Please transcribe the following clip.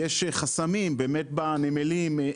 חסמים בנמלים,